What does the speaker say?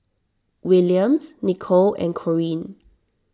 Williams Nicolle and Corine